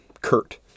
Kurt